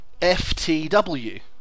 FTW